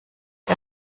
der